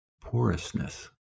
porousness